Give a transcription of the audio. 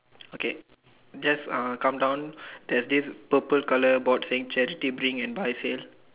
okay just uh come down there's this purple colour board saying charity drink and buy sale